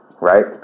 Right